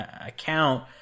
account